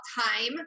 time